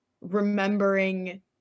remembering